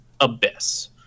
Abyss